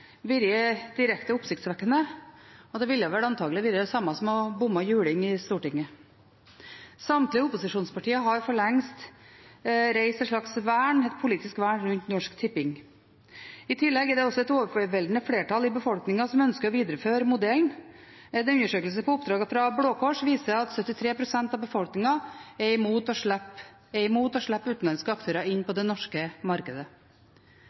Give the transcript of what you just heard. vært direkte oppsiktsvekkende, og det ville antakelig vært det samme som å «bomme juling» i Stortinget. Samtlige opposisjonsparti har for lengst reist et slags politisk vern rundt Norsk Tipping. I tillegg er det et overveldende flertall i befolkningen som ønsker å videreføre modellen. En undersøkelse på oppdrag fra Blå Kors viser at 73 pst. av befolkningen er imot å slippe utenlandske aktører inn på det norske markedet. Det er